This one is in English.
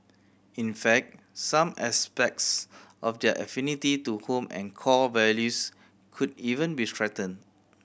in fact some aspects of their affinity to home and core values could even be strengthened